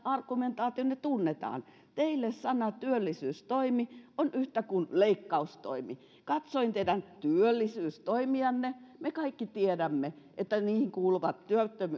argumentaationnehan tunnetaan teille sana työllisyystoimi on yhtä kuin leikkaustoimi katsoin teidän työllisyystoimianne me kaikki tiedämme että niihin kuuluvat